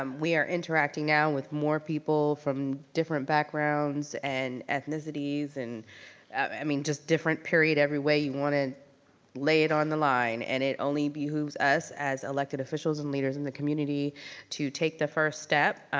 um we are interacting now with more people from different backgrounds and ethnicities and i mean, just different period every way you wanna lay it on the line and it only behooves us as elected officials and leaders in the community to take the first step,